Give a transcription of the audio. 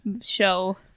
show